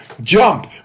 jump